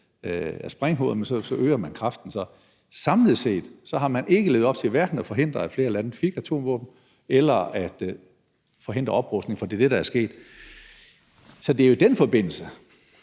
af sprænghoveder, når man så øger kraften. Samlet set har man ikke levet op til hverken at forhindre, at flere lande fik atomvåben, eller at forhindre oprustning. For det er det, der er sket. Så det er i den forbindelse,